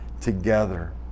together